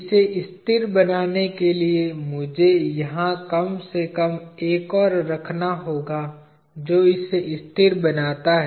इसे स्थिर बनाने के लिए मुझे यहां कम से कम एक और रखना होगा जो इसे स्थिर बनाता है